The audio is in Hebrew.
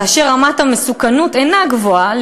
כאשר רמת המסוכנות אינה גבוהה,